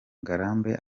ngarambe